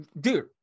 Dude